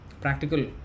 practical